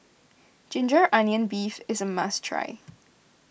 Ginger Onions Beef is a must try